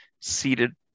seated